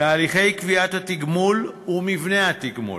תהליכי קביעת התגמול ומבנה התגמול.